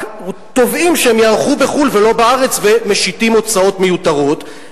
רק תובעים שהם ייערכו בחוץ-לארץ ולא בארץ ומשיתים הוצאות מיותרות,